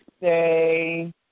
say